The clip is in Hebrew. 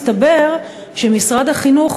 הסתבר שמשרד החינוך,